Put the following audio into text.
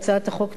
כפי שאמרתי,